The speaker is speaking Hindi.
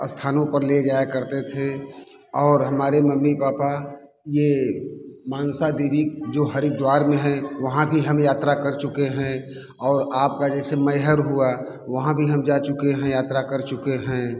स्थानो पर ले जाया करते थे और हमारे मम्मी पापा ये मनसा देवी जो हरिद्वार में हैं वहाँ भी हम यात्रा कर चुके हैं और आपका जैसे मैहर हुआ वहाँ भी हम जा चुके हैं यात्रा कर चुके हैं